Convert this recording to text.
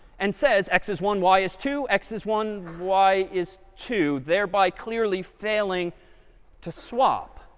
and says, x is one, y is two, x is one, y is two, thereby clearly failing to swap.